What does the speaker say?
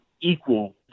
equal